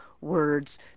words